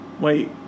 wait